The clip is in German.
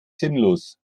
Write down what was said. sinnlos